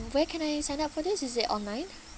where can I sign up for this is it online